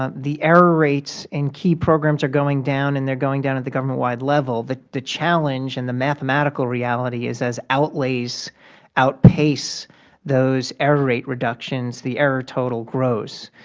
ah the error rates in key programs are going down and they are going down at the government-wide level. but the challenge and the mathematical reality is as outlays outpace those error rate reductions, the error total grows.